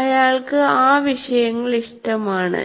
അയാൾക്ക് ആ വിഷയങ്ങൾ ഇഷ്ടമാണ്